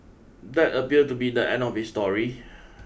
that appear to be the end of his story